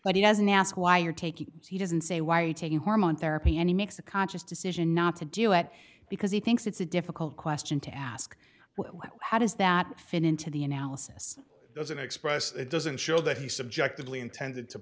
but he doesn't ask why you're taking he doesn't say why are you taking hormone therapy any makes a conscious decision not to do it because he thinks it's a difficult question to ask how does that fit into the analysis doesn't express it doesn't show that he subjectively intended to